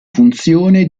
funzione